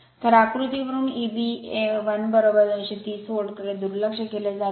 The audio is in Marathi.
तर आकृती वरून Eb 1 230 व्होल्टकडे दुर्लक्ष केले जाते